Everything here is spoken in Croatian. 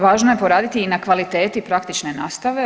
Važno je poraditi i na kvaliteti praktične nastave.